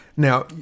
Now